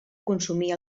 consumir